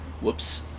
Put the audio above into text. Whoops